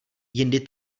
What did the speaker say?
jindy